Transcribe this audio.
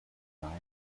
design